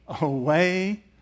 away